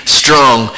strong